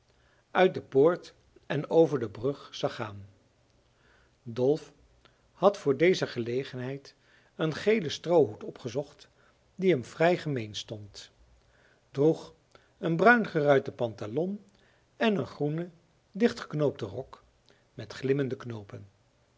uit de poort en over de brug zag gaan dolf had voor deze gelegenheid een gelen stroohoed opgezocht die hem vrij gemeen stond droeg een bruingeruiten pantalon en een groenen dichtgeknoopten rok met glimmende knoopen